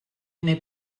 neu